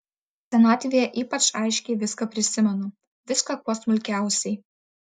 senatvėje ypač aiškiai viską prisimenu viską kuo smulkiausiai